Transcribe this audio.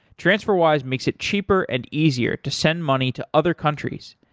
transferwise makes it cheaper and easier to send money to other countries.